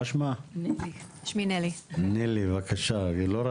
אנחנו ניתן כמה נתונים עיקריים על זרים שכניסתם לישראל סורבה.